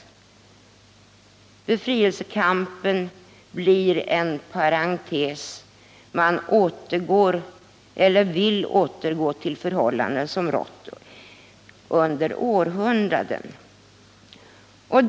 Befrielsekampen blir en parentes — man återgår eller vill återgå till förhållanden som rått under århundraden.